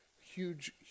Huge